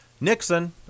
Nixon